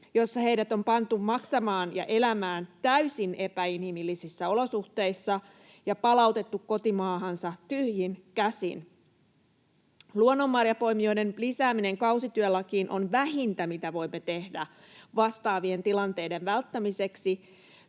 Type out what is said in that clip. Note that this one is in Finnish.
joissa heidät on pantu maksamaan ja elämään täysin epäinhimillisissä olosuhteissa ja palautettu kotimaahansa tyhjin käsin. Luonnonmarjanpoimijoiden lisääminen kausityölakiin on vähintä, mitä voimme tehdä vastaavien tilanteiden välttämiseksi.